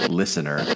listener